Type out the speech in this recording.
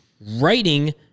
writing